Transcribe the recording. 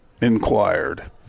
inquired